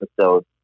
episode